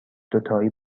دوتایی